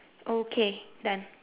okay done